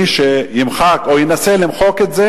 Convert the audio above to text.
מי שימחק או ינסה למחוק את זה,